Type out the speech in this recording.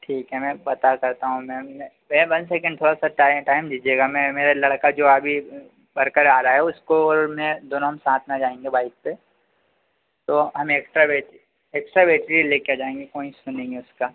ठीक है मैं पता करता हूँ मैम मैं भैया वन सेकेंड थोड़ा सा टाइम टाइम दीजिएगा मैं मेरा लड़का जो अभी वर्कर आ रहा है उसको और मैं दोनों हम साथ में आ जाएँगे बाइक पर तो हम एक्स्ट्रा बैट्री एक्स्ट्रा बैट्री लेकर आ जएँगे कोई उसका